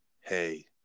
hey